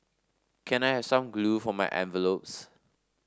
can I have some glue for my envelopes